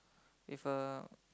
if a